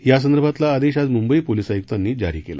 यासंदर्भातला आदेश आज मुंबई पोलीस आयुक्तांनी जारी केला